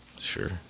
Sure